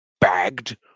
bagged